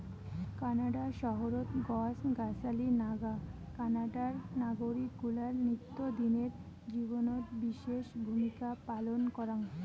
Canada শহরত গছ গছালি নাগা কানাডার নাগরিক গুলার নিত্যদিনের জীবনত বিশেষ ভূমিকা পালন কারাং